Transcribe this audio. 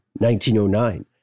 1909